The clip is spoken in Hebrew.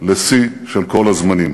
לשיא של כל הזמנים.